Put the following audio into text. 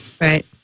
Right